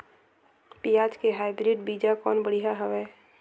पियाज के हाईब्रिड बीजा कौन बढ़िया हवय?